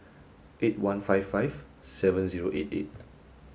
eight one five five seven zero eight eight